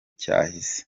cyahise